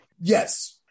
yes